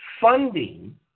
funding